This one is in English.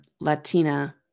Latina